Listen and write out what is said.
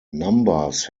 numbers